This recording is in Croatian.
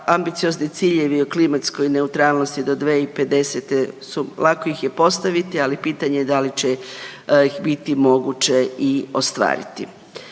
ambiciozni ciljevi o klimatskoj neutralnosti do 2050. lako ih je postaviti, ali je pitanje da li će ih biti moguće i ostvariti.